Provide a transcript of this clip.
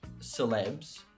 celebs